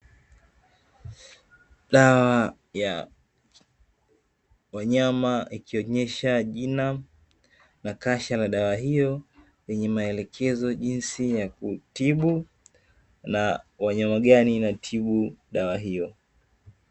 Dawa ya wanyama, ikionyesha jina na kasha la dawa hiyo lenye maelekezo jinsi ya kutibu, na wanyama gani inatibu dawa hiyo.